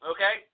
Okay